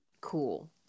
cool